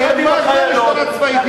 מה זה משטרה צבאית,